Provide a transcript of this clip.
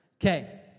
Okay